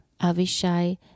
Avishai